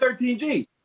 13G